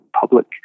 public